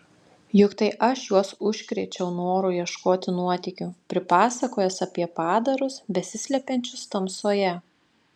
juk tai aš juos užkrėčiau noru ieškoti nuotykių pripasakojęs apie padarus besislepiančius tamsoje